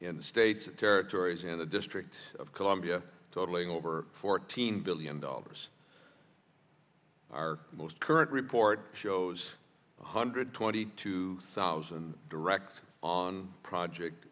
in the states and territories in the district of columbia totaling over fourteen billion dollars our most current report shows one hundred twenty two thousand direct on project